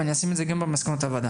ואני אשים את זה גם במסקנות הוועדה,